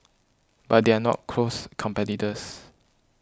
but they are not close competitors